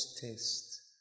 test